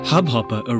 Hubhopper